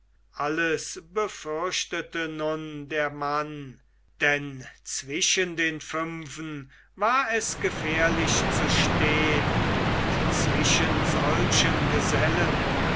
alles befürchtete nun der mann denn zwischen den fünfen war es gefährlich zu stehn und zwischen solchen gesellen